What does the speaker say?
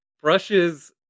brushes